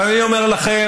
אבל אני אומר לכם,